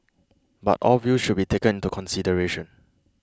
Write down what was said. but all views should be taken into consideration